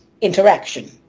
interaction